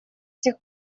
сих